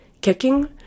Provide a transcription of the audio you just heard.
kicking